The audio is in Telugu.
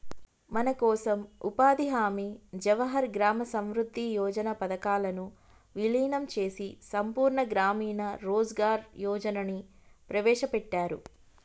మనకోసం ఉపాధి హామీ జవహర్ గ్రామ సమృద్ధి యోజన పథకాలను వీలినం చేసి సంపూర్ణ గ్రామీణ రోజ్గార్ యోజనని ప్రవేశపెట్టారు